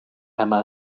emma